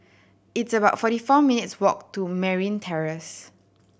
it's about forty four minutes' walk to Merryn Terrace